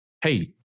Hey